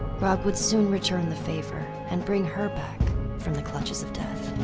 grog would soon return the favor and bring her back from the clutches of death.